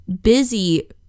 busy